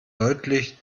deutlich